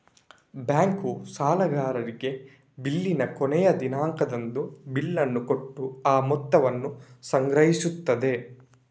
bank ಸಾಲಗಾರರಿಗೆ ಬಿಲ್ಲಿನ ಕೊನೆಯ ದಿನಾಂಕದಂದು ಬಿಲ್ಲನ್ನ ಕೊಟ್ಟು ಆ ಮೊತ್ತವನ್ನ ಸಂಗ್ರಹಿಸ್ತದೆ